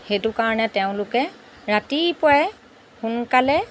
সেইটো কাৰণে তেওঁলোকে ৰাতিপুৱাই সোনকালে